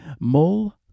Mole